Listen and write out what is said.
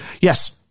yes